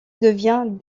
devient